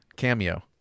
Cameo